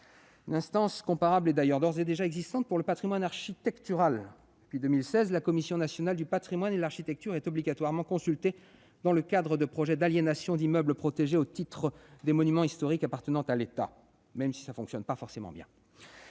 Une instance comparable existe d'ailleurs d'ores et déjà pour les questions relatives au patrimoine architectural. Depuis 2016, la Commission nationale du patrimoine et de l'architecture est obligatoirement consultée dans le cadre de projets d'aliénation d'immeubles protégés au titre des monuments historiques appartenant à l'État. Cette consultation ne fonctionne pas forcément bien,